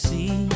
See